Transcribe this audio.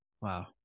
Wow